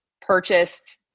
purchased